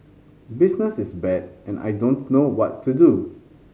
business is bad and I don't know what to do